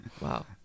Wow